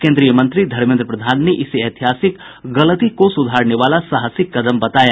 केंद्रीय मंत्री धर्मेद्र प्रधान ने इसे ऐतिहासिक गलती को सुधारने वाला साहसिक कदम बताया